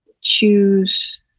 choose